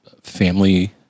family